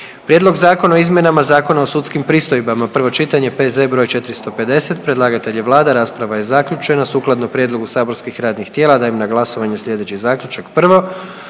Prijedlog Zakona o izmjenama Zakona o sudskim pristojbama, prvo čitanje, P.Z. br. 450, , predlagatelj je Vlada, rasprava je zaključena. Sukladno prijedlogu saborskih radnih tijela dajem na glasovanje sljedeći zaključak: „1.